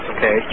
Okay